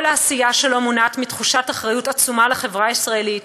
כל העשייה שלו מונעת מתחושת אחריות עצומה לחברה הישראלית